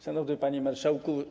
Szanowny Panie Marszałku!